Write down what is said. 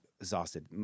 exhausted